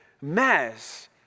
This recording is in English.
mess